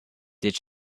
did